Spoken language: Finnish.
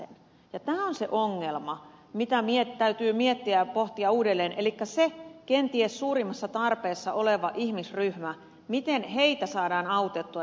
tämä on se ongelma mitä täytyy miettiä ja pohtia uudelleen miten kenties suurimmassa tarpeessa olevaa ihmisryhmää saadaan autettua